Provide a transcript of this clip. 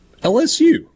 LSU